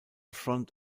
front